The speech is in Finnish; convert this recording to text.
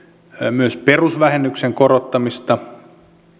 myös perusvähennyksen korottamista